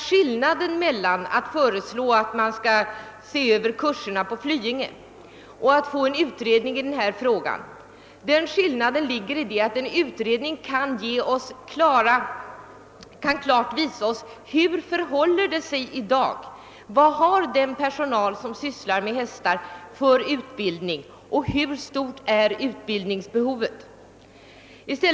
Skillnaden mellan förslaget om en översyn av kurserna på Flyinge och försla get om en utredning ligger däri, att en utredning klart kan visa hur det i dag förhåller sig: Vad har den personal som sysslar med hästarna för utbildning och hur stort är behovet av utbildning?